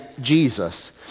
Jesus